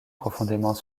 profondément